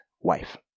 wife